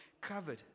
Covered